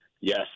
Yes